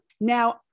now